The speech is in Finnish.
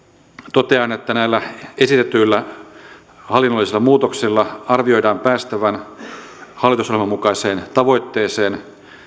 totean että näillä esitetyillä hallinnollisilla muutoksilla arvioidaan päästävän hallitusohjelman mukaiseen tavoitteeseen